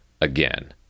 Again